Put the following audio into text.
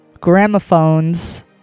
gramophones